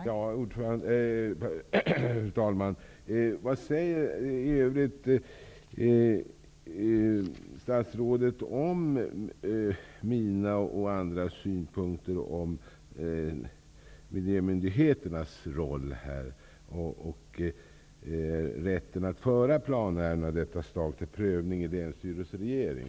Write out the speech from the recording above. Fru talman! Vad säger statsrådet i övrigt om mina och andras synpunkter om miljömyndigheternas roll och om rätten att föra planärenden av detta slag till prövning i länsstyrelse och regering?